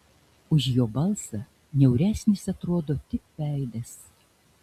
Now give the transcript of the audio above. už jo balsą niauresnis atrodo tik veidas